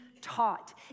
taught